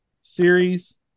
series